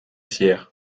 hier